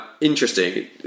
interesting